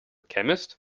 chemist